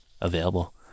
available